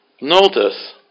Notice